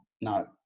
No